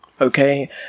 Okay